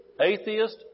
atheist